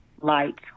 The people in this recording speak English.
light